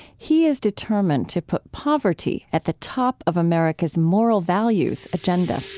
he is determined to put poverty at the top of america's moral values agenda